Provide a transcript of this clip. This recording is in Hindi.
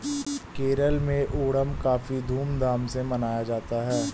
केरल में ओणम काफी धूम धाम से मनाया जाता है